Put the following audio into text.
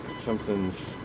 something's